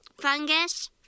Fungus